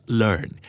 learn